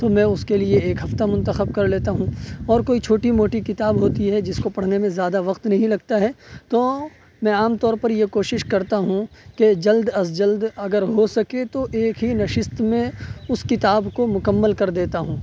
تو میں اس کے لیے ایک ہفتہ منتخب کر لیتا ہوں اور کوئی چھوٹی موٹی کتاب ہوتی ہے جس کو پڑھنے میں زیادہ وقت نہیں لگتا ہے تو میں عام طور پر یہ کوشش کرتا ہوں کہ جلد از جلد اگر ہو سکے تو ایک ہی نشست میں اس کتاب کو مکمل کر دیتا ہوں